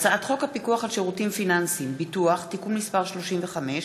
הצעת חוק הפיקוח על שירותים פיננסיים (ביטוח) (תיקון מס' 35)